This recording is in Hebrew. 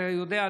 אתה יודע,